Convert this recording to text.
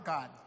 God